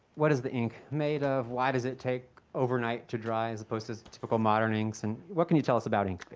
what is the ink made of? why does it take overnight to dry as opposed to modern inks? and what can you tell us about ink